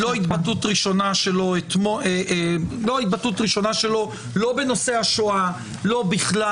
לא התבטאות ראשונה שלו, לא בנושא השואה ולא בכלל.